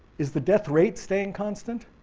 is the death rate staying constant?